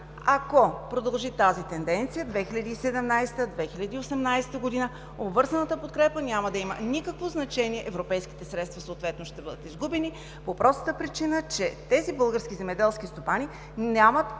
Ако продължи тази тенденция 2017 г., 2018 г., обвързаната подкрепа няма да има никакво значение, европейските средства съответно ще бъдат изгубени, по простата причина че тези български земеделски стопани нямат